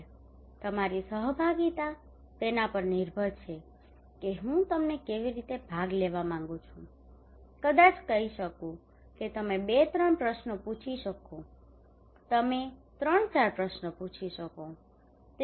તેથી તમારી સહભાગીતા તેના પર નિર્ભર છે કે હું તમને કેવી રીતે ભાગ લેવા માંગું છું હું કદાચ કહી શકું કે તમે બે ત્રણ પ્રશ્નો પૂછી શકો છો તમે ત્રણ ચાર પ્રશ્નો પૂછી શકો છો તે છે